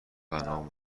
غنا